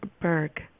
Berg